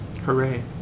hooray